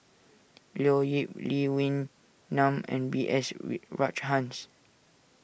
Leo Yip Lee Wee Nam and B S Rajhans